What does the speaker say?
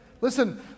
listen